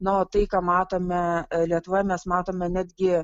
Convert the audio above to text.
na o tai ką matome lietuvoje mes matome netgi